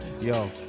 yo